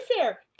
fair